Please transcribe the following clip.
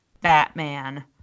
Batman